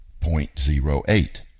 0.08